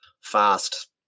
fast